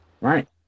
Right